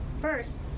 First